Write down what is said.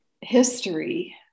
history